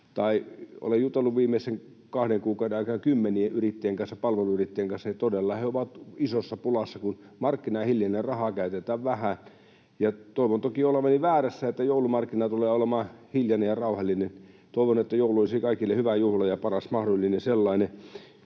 olen jutellut viimeisen kahden kuukauden aikana kymmenien yrittäjien kanssa, palveluyrittäjien kanssa, niin he ovat todella isossa pulassa, kun markkina hiljenee ja rahaa käytetään vähän. Toivon toki olevani väärässä, että joulumarkkina tulee olemaan hiljainen ja rauhallinen. Toivon, että joulu olisi kaikille hyvä juhla ja paras mahdollinen sellainen